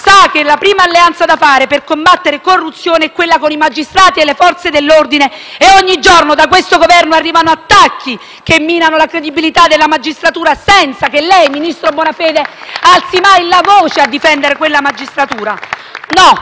sa che la prima alleanza da fare per combattere la corruzione è quella con magistrati e Forze dell'ordine, e ogni giorno da questo Governo arrivano attacchi che minano la credibilità della magistratura senza che lei, ministro Bonafede, alzi mai la voce a difendere quella magistratura?